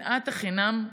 שנאת החינם,